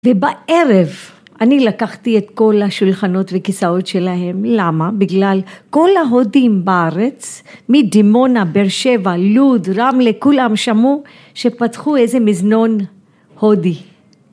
ובערב אני לקחתי את כל השולחנות וכיסאות שלהם למה? בגלל כל ההודים בארץ מדימונה, באר שבע, לוד, רמלה כולם שמעו שפתחו איזה מזנון הודי